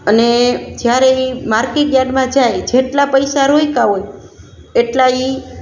અને જ્યારે એ માર્કિટ યાર્ડમાં જાય જેટલા પૈસા રોક્યા હોય એટલા એ